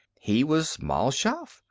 he was mal shaff,